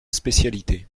spécialité